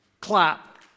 clap